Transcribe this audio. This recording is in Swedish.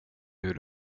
hur